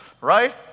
Right